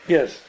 Yes